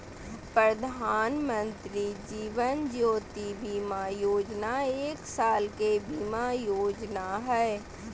प्रधानमंत्री जीवन ज्योति बीमा योजना एक साल के बीमा योजना हइ